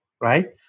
right